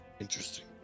Interesting